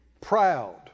Proud